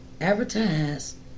Advertise